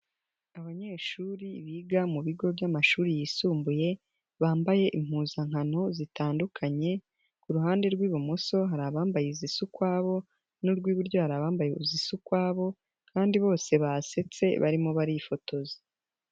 Abanyeshuri biga mu bigo by'amashuri yisumbuye bambaye impuzankano zitandukanye, ku ruhande rw'ibumoso hari abambaye izisa ukwabo n'urw'iburyo hari abambaye izisa ukwabo kandi bose basetse barimo barifotoza.